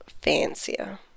fancier